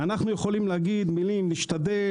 אנחנו יכולים להגיד מילים: "נשתדל,